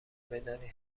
بدانید